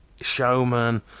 showman